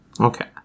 Okay